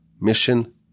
mission